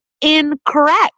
incorrect